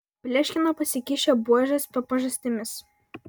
pleškino pasikišę buožes po pažastimis